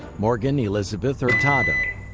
morgan elizabeth hurtado,